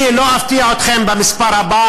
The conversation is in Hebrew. אני לא אפתיע אתכם במספר הבא,